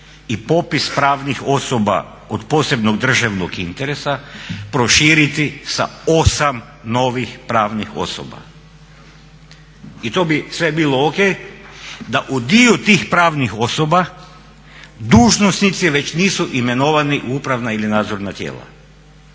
i popis pravnih osoba od posebnog državnog interesa proširiti sa 8 novih pravnih osoba i to bi sve bilo ok da u dio tih pravnih osoba dužnosnici već nisu imenovani u upravna ili nadzorna tijela